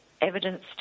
evidence